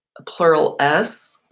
a plural s.